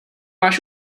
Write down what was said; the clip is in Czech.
máš